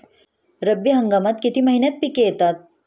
रब्बी हंगामात किती महिन्यांत पिके येतात?